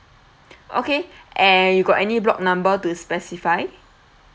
okay and you got any block number to specify